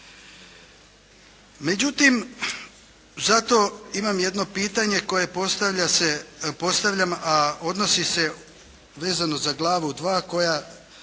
Međutim, zato imam jedno pitanje koje postavljam, a odnosi se vezano za Glavu II. koja